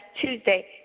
Tuesday